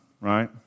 right